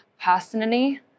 Personally